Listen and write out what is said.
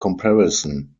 comparison